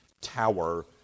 tower